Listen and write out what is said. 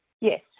Yes